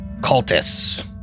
cultists